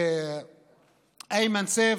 איימן סייף,